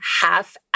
half